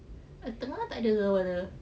tengah tak ada